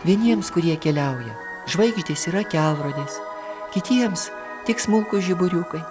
vieniems kurie keliauja žvaigždės yra kelrodės kitiems tik smulkūs žiburiukai